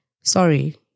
Sorry